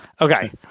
Okay